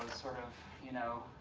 sort of you know,